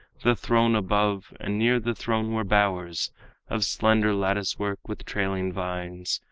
the throne above, and near the throne were bowers of slender lattice-work, with trailing vines,